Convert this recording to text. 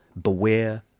Beware